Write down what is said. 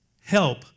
help